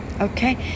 Okay